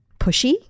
pushy